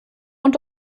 und